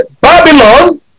Babylon